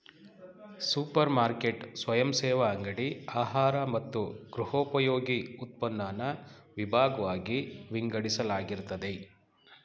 super market ಸ್ವಯಂಸೇವಾ ಅಂಗಡಿ ಆಹಾರ ಮತ್ತು ಗೃಹೋಪಯೋಗಿ ಉತ್ಪನ್ನನ ವಿಭಾಗ್ವಾಗಿ ವಿಂಗಡಿಸಲಾಗಿರ್ತದೆ